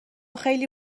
خیلی